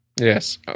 yes